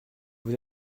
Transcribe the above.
vous